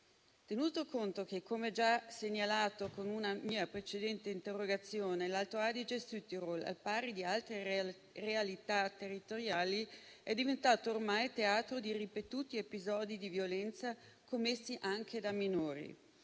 altresì che come già segnalato all'interno di una precedente interrogazione, l'Alto Adige-Südtirol, al pari di altre realtà territoriali, è diventato ormai teatro di ripetuti episodi di violenza, commessi anche da minori